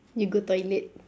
you go toilet